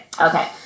okay